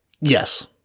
Yes